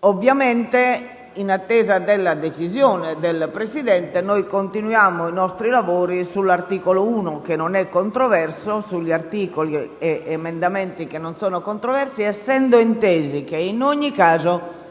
Ovviamente, in attesa della decisione del Presidente, continuiamo i nostri lavori sull'articolo 1, che non è controverso, e sugli articoli e sugli emendamenti che non sono controversi, rimanendo inteso che in ogni caso